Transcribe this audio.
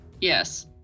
Yes